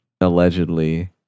allegedly